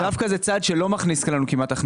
זה דווקא צעד שלא מכניס לנו כסף.